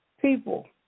people